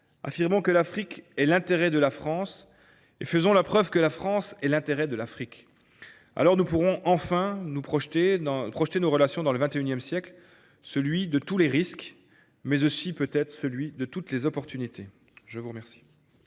Affirmons que l’Afrique est l’intérêt de la France, et prouvons que la France est l’intérêt de l’Afrique. Alors, nous pourrons enfin projeter nos relations dans le XXI siècle – celui de tous les risques, mais aussi celui de toutes les opportunités. La parole